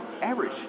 average